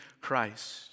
Christ